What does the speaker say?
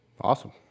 Awesome